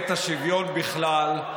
מת השוויון בכלל.